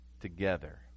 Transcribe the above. together